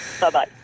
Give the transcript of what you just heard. Bye-bye